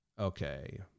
Okay